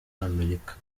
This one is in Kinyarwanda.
amerika